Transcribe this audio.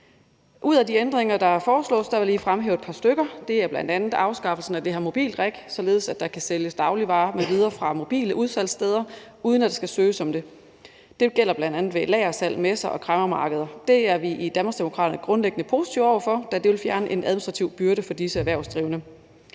Ud af de ændringer, der foreslås, vil jeg lige fremhæve et par stykker. Det er bl.a. afskaffelsen af det her MobiltReg, således at der kan sælges dagligvarer m.v. fra mobile udsalgssteder, uden at der skal søges om det. Det gælder bl.a. ved lagersalg, messer og kræmmermarkeder. Det er vi i Danmarksdemokraterne grundlæggende positive over for, da det vil fjerne en administrativ byrde fra disse erhvervsdrivende.